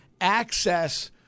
access